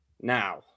Now